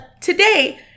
today